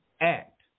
act